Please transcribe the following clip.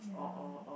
or or or